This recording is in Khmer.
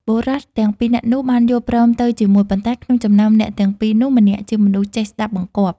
បុរសទាំងពីរនាក់នោះបានយល់ព្រមទៅជាមួយ ប៉ុន្តែក្នុងចំណោមអ្នកទាំងពីរនោះ ម្នាក់ជាមនុស្សចេះស្តាប់បង្គាប់។